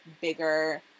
bigger